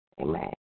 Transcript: Amen